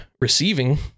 receiving